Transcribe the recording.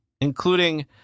including